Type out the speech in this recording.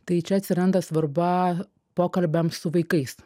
tai čia atsiranda svarba pokalbiams su vaikais